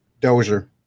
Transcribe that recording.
Dozier